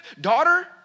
daughter